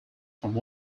from